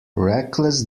reckless